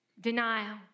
denial